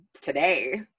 today